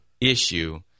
issue